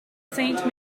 saint